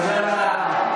תודה על ההערה.